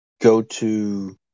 go-to